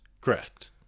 Correct